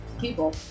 People